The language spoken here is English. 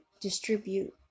distribute